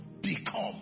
become